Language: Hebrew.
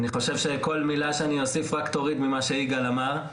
אני חושב שכל מילה שאני הוסיף רק תוריד ממה שיגאל אמר.